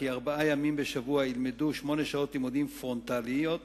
ארבעה ימים בשבוע יילמדו שמונה שעות לימוד פרונטליות,